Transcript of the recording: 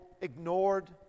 ignored